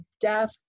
death